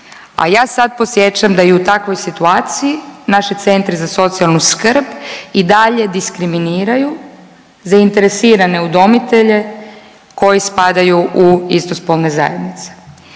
A ja sad podsjećam da i u takvoj situaciji naši Centri za socijalnu skrb i dalje diskriminiraju zainteresirane udomitelje koji spadaju u istospolne zajednice.